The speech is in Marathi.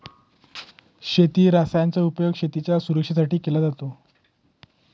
शेती रसायनांचा उपयोग शेतीच्या सुरक्षेसाठी केला जातो